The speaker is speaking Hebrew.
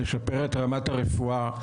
לשפר את רמת הרפואה,